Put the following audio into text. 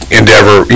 endeavor